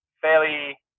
fairly –